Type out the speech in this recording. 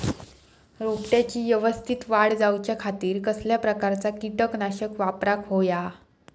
रोपट्याची यवस्तित वाढ जाऊच्या खातीर कसल्या प्रकारचा किटकनाशक वापराक होया?